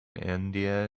india